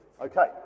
Okay